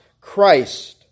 Christ